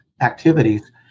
activities